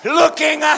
looking